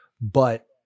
But-